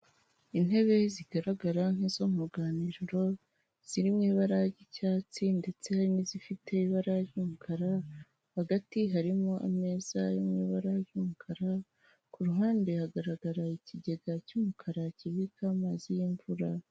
Intebe zigaragara nk'izo mu ruganiriro ziri mu ibara ry'icyatsi ndetse n'izifite ibara ry'umukara, hagati harimo ameza y'amabara y'umukara ku ruhande hagaragara ikigega cy'umukara kibika amazi y'imvura.